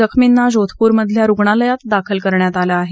जखमींना जोधपूरमधल्या रुग्णालयात दाखल करण्यात आलं आहे